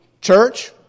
church